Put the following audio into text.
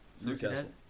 Newcastle